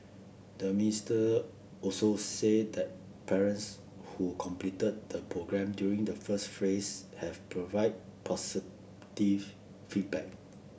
the mister also said that parents who completed the programme during the first phrase have provide positive feedback